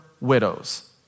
widows